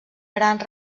grans